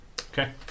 Okay